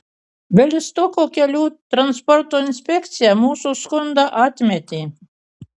bialystoko kelių transporto inspekcija mūsų skundą atmetė